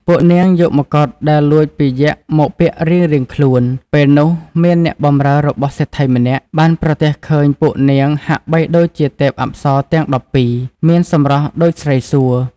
ពួកនាងយកម្កុដដែលលួចពីយក្ខមកពាក់រៀងៗខ្លួន ពេលនោះមានអ្នកបម្រើរបស់សេដ្ឋីម្នាក់បានប្រទះឃើញពួកនាងហាក់បីដូចជាទេពអប្សរទាំង១២ មានសម្រស់ដូចស្រីសួគ៌។